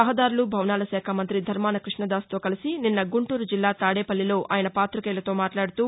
రహదారులు భవనాల శాఖ మంత్రి ధర్శాన క్బష్ణదాస్ తో కలిసి నిన్న గుంటూరు జిల్లా తాదేపల్లిలో ఆయన పాతికేయులతో మాట్లాడుతూ